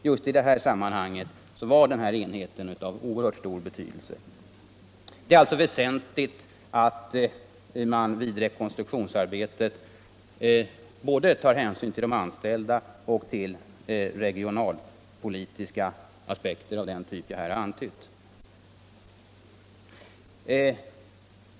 Just i det sammanhanget var den här enheten av oerhört stor betydelse. Det är alltså väsentligt att man vid rekonstruktionsarbetet tar hänsyn både till de anställda och till regionalpolitiska aspekter av den typ jag här antytt.